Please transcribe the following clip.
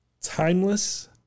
timeless